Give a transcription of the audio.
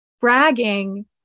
Bragging